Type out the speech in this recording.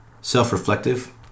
self-reflective